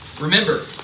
Remember